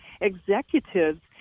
executives